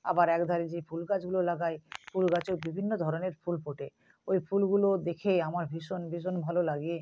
আবার এক ধারে যে ফুল গাছগুলো লাগাই ফুল গাছেও বিভিন্ন ধরনের ফুল ফোটে ওই ফুলগুলো দেখে আমার ভীষণ ভীষণ ভালো লাগে